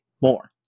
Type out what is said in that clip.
more